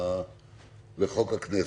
לחוק הכנסת.